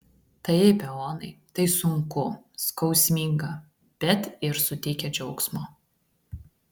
taip eonai tai sunku skausminga bet ir suteikia džiaugsmo